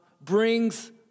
brings